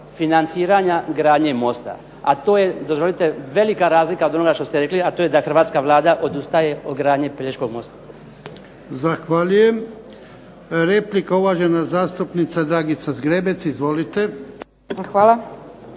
financiranja gradnje mosta a to je dozvolite velika razlika od onoga što ste rekli, a to je da hrvatska Vlada odustaje od gradnje Pelješkog mosta. **Jarnjak, Ivan (HDZ)** Zahvaljujem. Replika uvažena zastupnica Dragica Zgrebec. Izvolite.